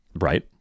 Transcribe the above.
Right